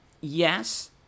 yes